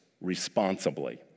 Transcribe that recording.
responsibly